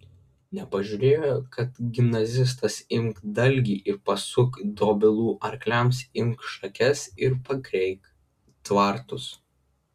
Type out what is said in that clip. nepažiūrėjo kad gimnazistas imk dalgį ir pasuk dobilų arkliams imk šakes ir pakreik tvartus